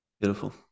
Beautiful